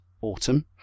autumn